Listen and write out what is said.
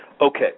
Okay